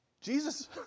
Jesus